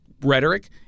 rhetoric